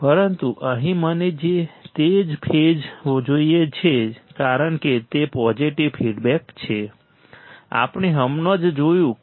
પરંતુ અહીં મને તે જ ફેઝ જોઈએ છે કારણ કે તે પોઝિટિવ ફીડબેક છે આપણે હમણાં જ જોયું છે